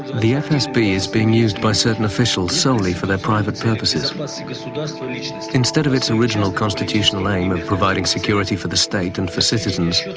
the fsb is being used by certain officials solely for their private so purposes. ah so instead of its original constitutional aim of providing security for the state and for citizens,